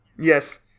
Yes